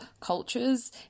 cultures